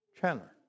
Chandler